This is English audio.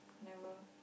never